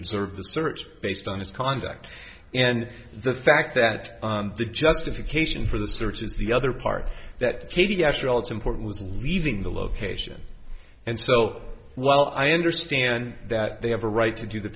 observed the search based on his conduct and the fact that the justification for the search is the other part that katie after all it's important was leaving the location and so while i understand that they have a right to do the